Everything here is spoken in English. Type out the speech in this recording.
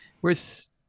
Whereas